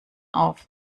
auf